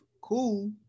cool